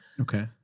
Okay